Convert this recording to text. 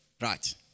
Right